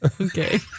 Okay